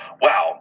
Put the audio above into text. wow